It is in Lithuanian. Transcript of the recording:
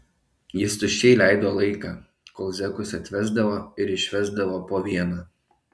jis tuščiai leido laiką kol zekus atvesdavo ir išvesdavo po vieną